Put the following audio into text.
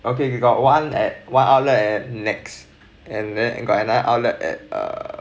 okay you got one at one outlet at nex and then got another outlet at err